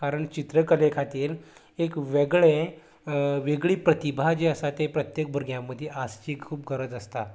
कारण चित्रकले खातीर एक वेगळें वेगळीं प्रतिभा जी आसा ती प्रत्येक भुरग्यां मदीं आसची खूब गरज आसता